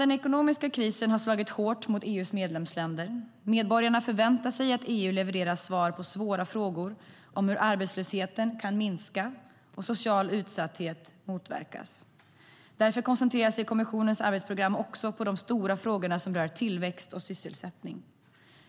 Den ekonomiska krisen har slagit hårt mot EU:s medlemsländer. Medborgarna förväntar sig att EU levererar svar på svåra frågor om hur arbetslösheten kan minska och social utsatthet motverkas. Därför koncentrerar sig kommissionens arbetsprogram också på de stora frågorna som rör tillväxt och sysselsättning.